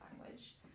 language